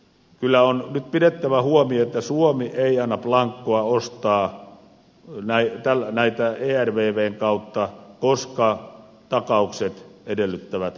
kyllä on nyt pidettävä huoli siitä että suomi ei anna blankoa ostaa näitä ervvn kautta koska takaukset edellyttävät vastuuta